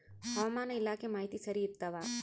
ಹವಾಮಾನ ಇಲಾಖೆ ಮಾಹಿತಿ ಸರಿ ಇರ್ತವ?